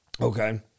Okay